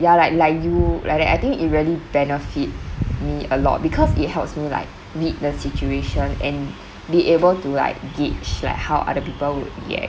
ya like like you like like I think it really benefit me a lot because it helps me like read the situation and be able to like gauge like how other people would react